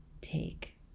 take